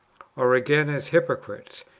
or again as hypocrites,